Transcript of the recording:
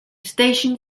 station